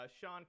sean